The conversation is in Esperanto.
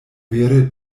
vere